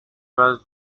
was